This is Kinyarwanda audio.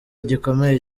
gikomeye